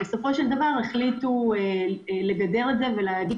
אבל בסופו של דבר החליטו לגדר את זה ולהגיד